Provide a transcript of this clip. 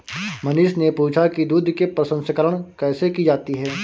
मनीष ने पूछा कि दूध के प्रसंस्करण कैसे की जाती है?